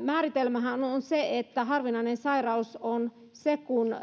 määritelmähän on se että sairaus on harvinainen kun